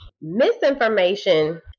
misinformation